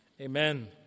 Amen